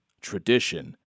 tradition